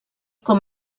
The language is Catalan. com